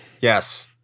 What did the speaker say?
Yes